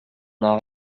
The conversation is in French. n’en